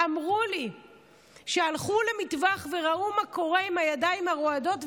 אמרו לי שהלכו למטווח וראו מה קורה עם הידיים הרועדות,